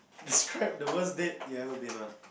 describe the worst date you ever been on